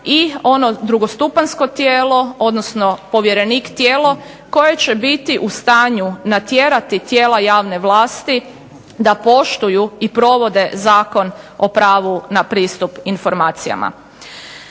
i ono drugostupanjsko tijelo, odnosno povjerenik tijelo koje će biti u stanju natjerati tijela javne vlasti da poštuju i provode Zakon o pravu na pristup informacijama.